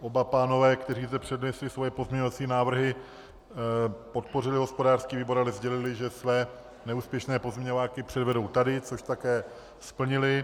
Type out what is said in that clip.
Oba pánové, kteří zde přednesli své pozměňovací návrhy, podpořili hospodářský výbor a sdělili, že své neúspěšné pozměňováky předvedou tady, což také splnili.